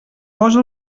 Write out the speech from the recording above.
cosa